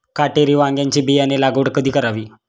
काटेरी वांग्याची बियाणे लागवड कधी करावी?